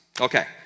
Okay